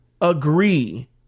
agree